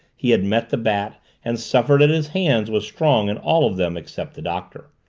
he had met the bat and suffered at his hands was strong in all of them except the doctor.